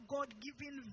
God-given